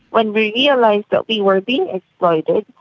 when we realised that we were being exploited,